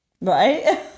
Right